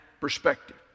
perspective